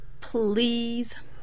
Please